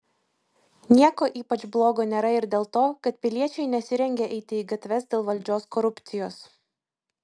nieko ypač blogo nėra ir dėl to kad piliečiai nesirengia eiti į gatves dėl valdžios korupcijos